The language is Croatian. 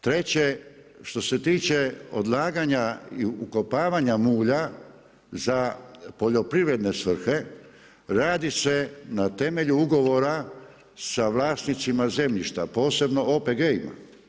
Treće, što se tiče odlaganja i ukopavanja mulja za poljoprivredne svrhe radi se na temelju ugovora sa vlasnicima zemljišta, posebno OPG-ima.